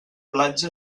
platja